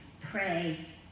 pray